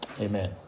Amen